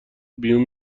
بیوم